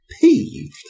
Peeved